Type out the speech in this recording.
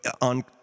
on